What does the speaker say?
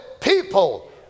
people